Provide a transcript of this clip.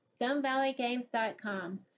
stonevalleygames.com